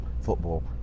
football